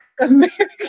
American